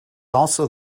also